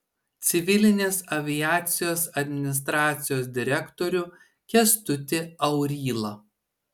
civilinės aviacijos administracijos direktorių kęstutį aurylą